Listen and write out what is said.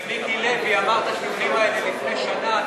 כשמיקי לוי אמר את הטיעונים האלה לפני שנה,